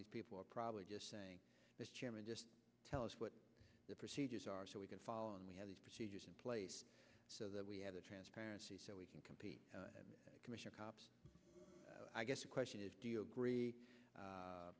these people are probably just saying the chairman just tell us what the procedures are so we can follow and we have these procedures in place so that we have a transparency so we can compete commissioner cops i guess the question is do you agree